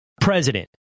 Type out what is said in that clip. president